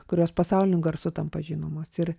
kurios pasauliniu garsu tampa žinomos ir